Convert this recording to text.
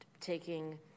taking